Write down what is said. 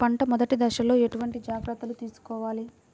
పంట మెదటి దశలో ఎటువంటి జాగ్రత్తలు తీసుకోవాలి?